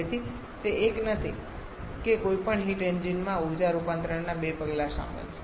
તેથી તે એક નથી કે કોઈપણ હીટ એન્જિન માં ઊર્જા રૂપાંતરણના બે પગલાં સામેલ છે